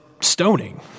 stoning